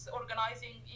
organizing